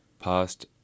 past